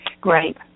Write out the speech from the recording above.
Great